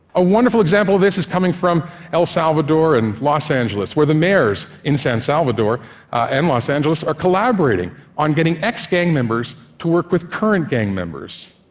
a wonderful example of this is coming from el salvador and los angeles, where the mayors in san salvador and los angeles are collaborating on getting ex-gang members to work with current gang members,